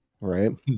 Right